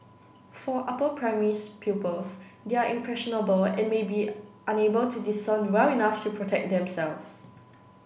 for upper primary pupils they are impressionable and may be unable to discern well enough to protect themselves